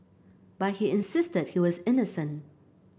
but he insisted he was innocent